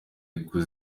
portugal